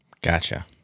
Gotcha